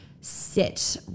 sit